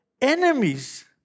enemies